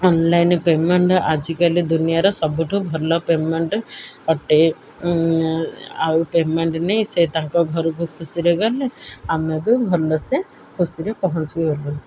online payment ଆଜିକାଲି ଦୁନିଆର ସବୁଠୁ ଭଲ ପେମେଣ୍ଟ୍ ଅଟେ ଆଉ ପେମେଣ୍ଟ୍ ନେଇ ସେ ତାଙ୍କ ଘରକୁ ଖୁସିରେ ଗଲେ ଆମେ ବି ଭଲସେ ଖୁସିରେ ପହଞ୍ଚିଗଲୁ